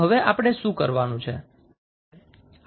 તો હવે આપણે શું કરવાનું છે